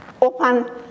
open